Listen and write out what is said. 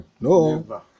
no